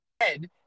head